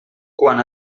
quan